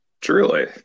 Truly